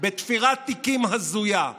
בתפירת תיקים הזויה.